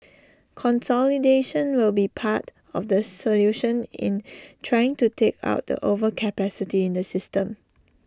consolidation will be part of the solution in trying to take out the overcapacity in the system